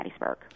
Hattiesburg